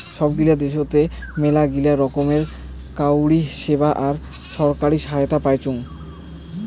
সব গিলা দ্যাশোতে মেলাগিলা রকমের কাউরী সেবা আর ছরকারি সহায়তা পাইচুং